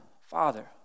father